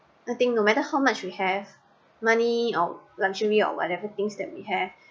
I think no matter how much we have money or luxury or whatever things that we have